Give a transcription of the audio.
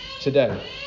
today